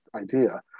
idea